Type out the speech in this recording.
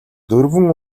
дөрвөн